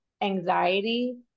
anxiety